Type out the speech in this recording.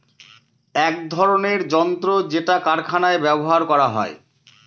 এক ধরনের যন্ত্র যেটা কারখানায় ব্যবহার করা হয়